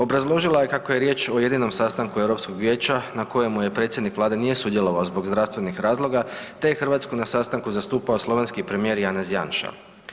Obrazložila je kako je riječ o jedinom sastanku Europskog vijeća na kojemu predsjednik Vlade nije sudjelovao zbog zdravstvenih razloga, te je Hrvatsku na sastanku zastupao slovenski premijer Janez Janša.